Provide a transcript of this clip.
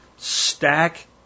stack